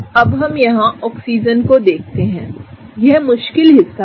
अब हम यहाँ ऑक्सीजन को देखते हैं यह मुश्किल हिस्सा है